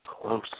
close